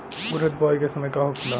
उरद बुआई के समय का होखेला?